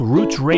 Roots